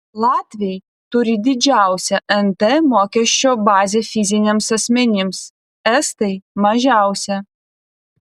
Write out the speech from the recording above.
latviai turi didžiausią nt mokesčio bazę fiziniams asmenims estai mažiausią